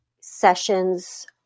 sessions